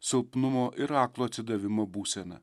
silpnumo ir aklo atsidavimo būsena